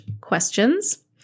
questions